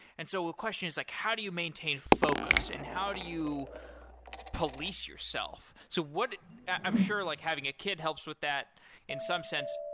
and so a question is like how do you maintain focus and how do you police yourself? so i'm sure like having a kid helps with that in some sense,